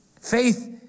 Faith